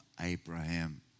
Abraham